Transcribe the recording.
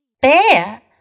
Bear